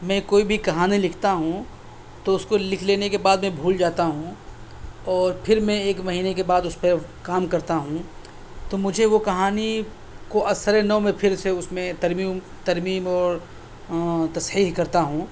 میں کوئی بھی کہانی لکھتا ہوں تو اُس کو لکھ لینے کے بعد میں بھول جاتا ہوں اور پھر میں ایک مہینے کے بعد اس پہ کام کرتا ہوں تو مجھے وہ کہانی کو اَز سرِنو میں پھر سے اُس میں ترمیم ترمیم اور تصحیح کرتا ہوں